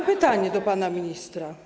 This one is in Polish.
Mam pytanie do pana ministra.